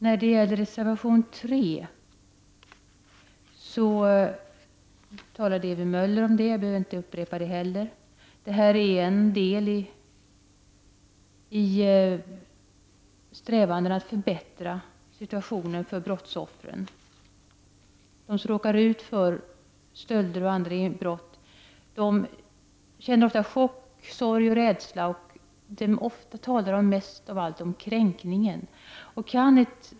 Jag skall inte upprepa vad Ewy Möller sade om reservation 3. Strävan är att förbättra situationen för brottsoffren. De som råkar ut för stölder och andra brott blir ofta chockade eller upplever sorg och rädsla. Mest av allt talar de om den kränkning de fått utstå.